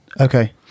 okay